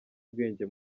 bwenge